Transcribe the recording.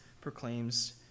proclaims